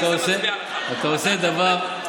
אתה עושה דבר,